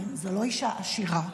זאת לא אישה עשירה,